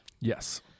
Yes